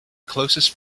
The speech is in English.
closest